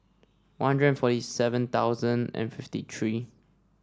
One Hundred forty seven thousand and fifty three